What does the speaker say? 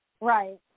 Right